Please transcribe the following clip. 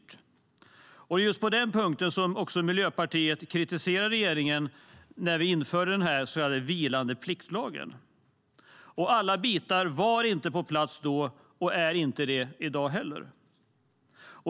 Det var just på den punkten som Miljöpartiet också kritiserade regeringen när vi införde den så kallade vilande pliktlagen. Alla bitar var inte på plats då och är inte det i dag heller.